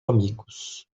amigos